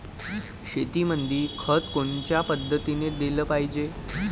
शेतीमंदी खत कोनच्या पद्धतीने देलं पाहिजे?